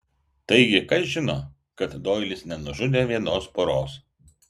taigi kas žino kad doilis nenužudė vienos poros